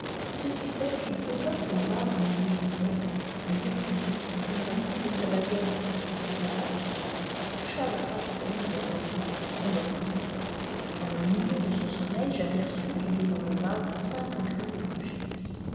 ceci fait il posa son vase au milieu des cercles le découvrit mit un bout de sa baguette entre ses dents se coucha lafce tournée vers l'orient et s'endormit t vers le milieu de son sommeil j'aperçus tomber danç le vase cinq grains de fougère